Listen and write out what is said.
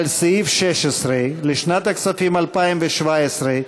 סופת, לשנת הכספים 2017,